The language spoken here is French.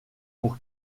pour